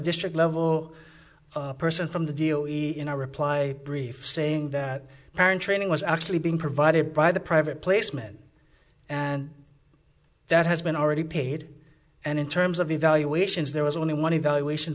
district level person from the deal in a reply brief saying that parent training was actually being provided by the private placement and that has been already paid and in terms of evaluations there was only one evaluation